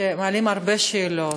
מעלים הרבה שאלות,